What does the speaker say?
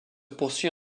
poursuit